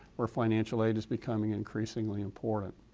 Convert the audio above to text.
where financial aid is becoming increasingly important,